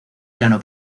plano